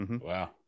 Wow